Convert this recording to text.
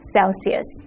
Celsius 。